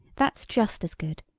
that's just as good.